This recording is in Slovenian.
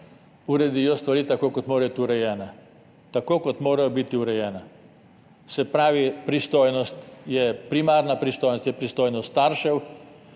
uredijo tako, kot morajo biti urejene. Se pravi, primarna pristojnost je pristojnost staršev.